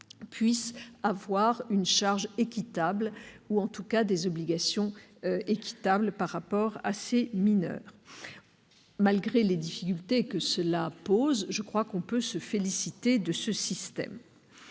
département ait une charge équitable ou, en tout cas, des obligations équitables par rapport à ces mineurs. Malgré les difficultés que cela pose, je pense que nous pouvons nous féliciter de ce système.